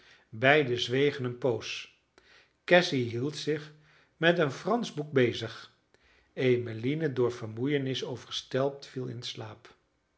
beiden zwegen een poos cassy hield zich met een fransch boek bezig emmeline door vermoeienis overstelpt viel in slaap